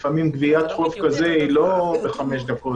לפעמים גביית חוב כזה היא לא בחמש דקות,